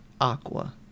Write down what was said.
aqua